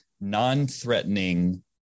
non-threatening